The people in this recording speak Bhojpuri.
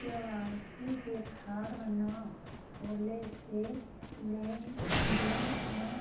के.वाइ.सी के फार्म न होले से लेन देन में